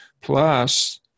plus